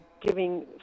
giving